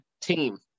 team